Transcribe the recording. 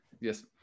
Yes